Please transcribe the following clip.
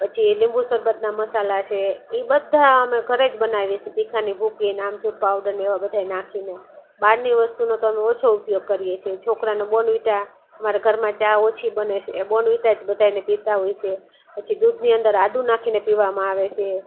પછી લીંબુ શરબતના મસાલા છે એ બધા અમે ઘરે જ બનાવીએ છીએ તીખાની ભૂકીને આમચૂર પાવડરને એવા બધાય નાખીને બહારની વસ્તુનો તો અમે ઓછો ઉપયોગ કરીએ છીએ છોકરાનો બોર્નવિટા મારા ઘરમાં ચા ઓછી બને છે બોર્નવિટા જ બધાયને પીતા હોય છે પછી દૂધની અંદર આદું નાખીને પીવામાં આવે છે